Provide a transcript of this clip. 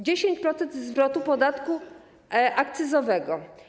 10% zwrotu podatku akcyzowego.